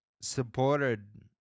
supported